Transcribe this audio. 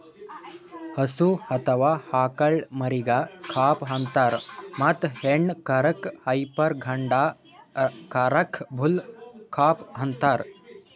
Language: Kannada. ಹಸು ಅಥವಾ ಆಕಳ್ ಮರಿಗಾ ಕಾಫ್ ಅಂತಾರ್ ಮತ್ತ್ ಹೆಣ್ಣ್ ಕರಕ್ಕ್ ಹೈಪರ್ ಗಂಡ ಕರಕ್ಕ್ ಬುಲ್ ಕಾಫ್ ಅಂತಾರ್